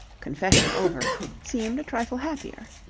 confession over, seemed a trifle happier.